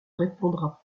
répondra